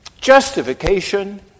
justification